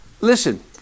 Listen